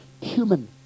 human